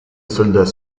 soldats